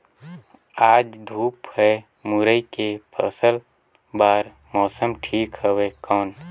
आज धूप हे मुरई के फसल बार मौसम ठीक हवय कौन?